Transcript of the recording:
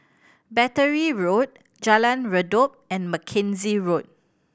Battery Road Jalan Redop and Mackenzie Road